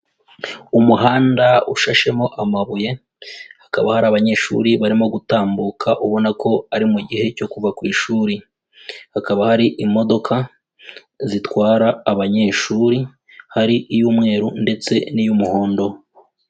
Umuhanda ushashemo amabuye hakaba hari abanyeshuri barimo gutambuka ubona ko ari mu gihe cyo kuva ku ishuri, hakaba hari imodoka zitwara abanyeshuri, hari iy'umweru ndetse n'iy'umuhondo.